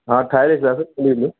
हा ठाहे रखंदसि हूअ ब